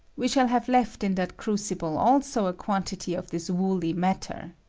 we shall have left in that crucible, also, a quantity of this woouy matter.